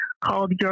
called